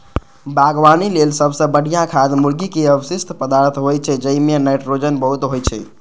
बागवानी लेल सबसं बढ़िया खाद मुर्गीक अवशिष्ट पदार्थ होइ छै, जइमे नाइट्रोजन बहुत होइ छै